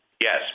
Yes